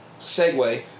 segue